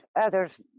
others